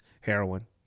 heroin